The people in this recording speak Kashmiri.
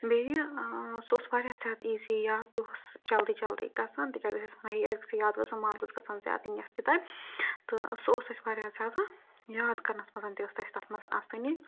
بیٚیہِ سُہ اوس واریاہ زیادٕ ایٖزی یاد تہِ اوس جلدی جلدی گژھان تِکیازِ أسۍ وَنان أکس یاد گژھُن مارکس گژھن زیادٕ یِنۍ یَتھ کِتابہِ تہٕ سُہ اوس اَسہِ واریاہ زیادٕ یاد کَرنَس منٛز تہِ ٲس اَسہِ تَتھ منٛز آسٲنی